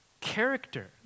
character